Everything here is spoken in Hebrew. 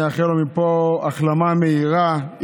שנאחל לו מפה החלמה מהירה,